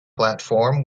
platform